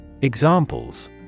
Examples